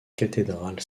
cathédrale